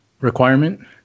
requirement